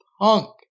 punk